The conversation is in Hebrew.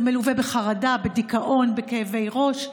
זה מלווה בחרדה, בדיכאון, בכאבי ראש.